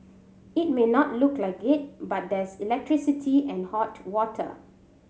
it may not look like it but there's electricity and hot water